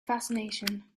fascination